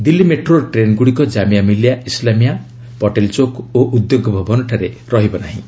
Delhi metro ଟ୍ରେନ୍ଗୁଡ଼ିକ ଜାମିଆ ମିଲିଆ ଇସଲାମିଆ ପଟେଲ ଚୌକ୍ ଓ ଉଦ୍ୟୋଗ ଭବନଠାରେ ରହିବ ନାହିଁ